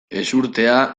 ezurtea